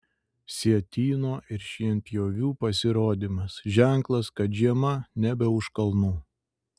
sietyno ir šienpjovių pasirodymas ženklas kad žiema nebe už kalnų